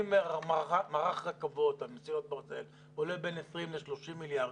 אם מערך רכבות על מסילות ברזל עולה בין 20 ל-30 מיליארד,